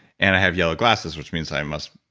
and i have yellow glasses, which means i must.